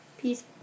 Peace